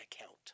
account